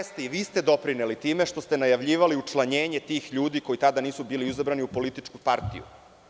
Da, jeste, i vi ste doprineli time što ste najavljivali učlanjenje tih ljudi koji tada nisu bili izabrani u političku partiju.